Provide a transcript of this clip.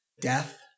death